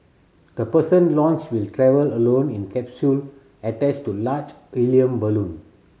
the person launched will travel alone in capsule attached to large helium balloon